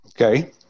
Okay